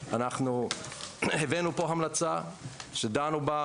אנחנו הבאנו פה המלצה שדנו בה,